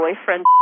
boyfriend